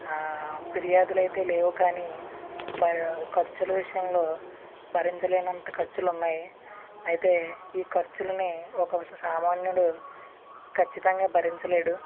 పిర్యాదులు అయితే లేవు కాని భయ ఖర్చుల విషయంలో భరించలేనంత ఖర్చులు ఉన్నాయి అయితే ఈ ఖర్చులని ఒక స సామాన్యుడు ఖచ్చితంగా భరించలేడు